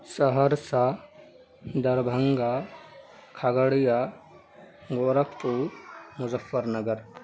Saharsa Darbhanga Khagaria Gorakhpur Muzaffarnagar